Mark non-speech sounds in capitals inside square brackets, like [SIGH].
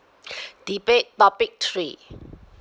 [NOISE] debate topic three